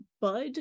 bud